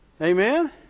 Amen